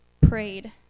prayed